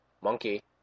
monkey